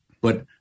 but-